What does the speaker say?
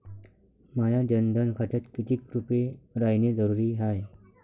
माह्या जनधन खात्यात कितीक रूपे रायने जरुरी हाय?